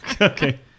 okay